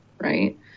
right